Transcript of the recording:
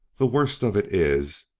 the worst of it is,